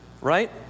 Right